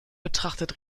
betrachtet